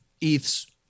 ETH's